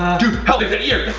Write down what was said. dude help me, the ear,